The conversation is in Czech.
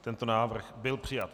Tento návrh byl přijat.